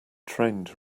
trained